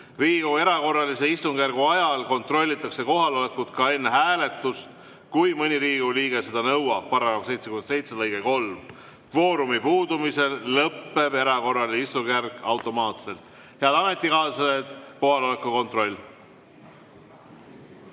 Riigikogu erakorralise istungjärgu ajal kontrollitakse kohalolekut ka enne hääletust, kui mõni Riigikogu liige seda nõuab, § 77 lõige 3. Kvoorumi puudumise korral lõpeb erakorraline istungjärk automaatselt. Head ametikaaslased, kohaloleku kontroll.